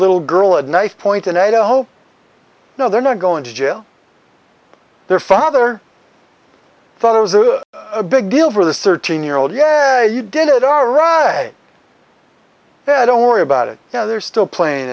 little girl at knife point and i hope no they're not going to jail their father thought it was a big deal for the thirteen year old yeah you did it all right yeah don't worry about it now they're still playing